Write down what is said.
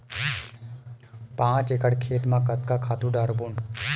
पांच एकड़ खेत म कतका खातु डारबोन?